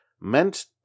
meant